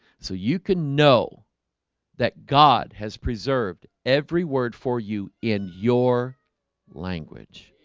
so you can know that god has preserved every word for you in your language